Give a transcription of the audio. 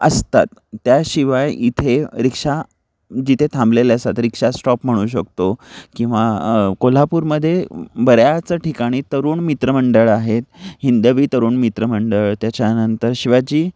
असतात त्याशिवाय इथे रिक्षा जिथे थांबलेले असतात रिक्षा स्टॉप म्हणू शकतो किंवा कोल्हापूरमध्ये बऱ्याच ठिकाणी तरुण मित्रमंडळ आहेत हिंदवी तरुण मित्रमंडळ त्याच्यानंतर शिवाजी